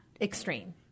extreme